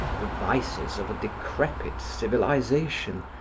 the vices of a decrepit civilization,